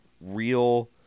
real